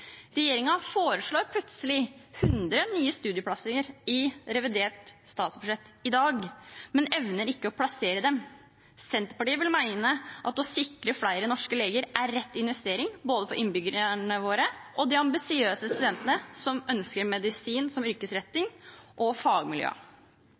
foreslår – plutselig – 100 nye studieplasser i revidert statsbudsjett i dag, men evner ikke å plassere dem. Senterpartiet vil mene at å sikre flere norske leger er rett investering, både for innbyggerne våre, for de ambisiøse studentene som ønsker medisin som yrkesretting,